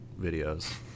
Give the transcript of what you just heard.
videos